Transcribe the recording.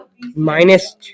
minus